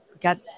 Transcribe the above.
got